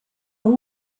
woot